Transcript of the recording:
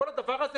כל הדבר הזה,